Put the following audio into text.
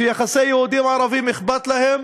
שאכפת להם